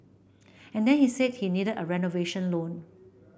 and then he said he needed a renovation loan